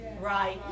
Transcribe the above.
Right